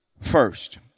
first